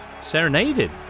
serenaded